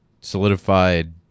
solidified